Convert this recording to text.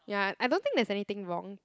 ya I don't think there is anything wrong